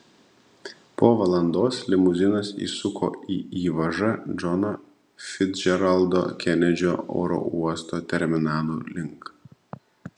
po valandos limuzinas įsuko į įvažą džono ficdžeraldo kenedžio oro uosto terminalų link